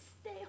stay